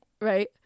Right